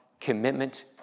commitment